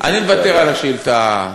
אני מוותר על השאילתה השנייה.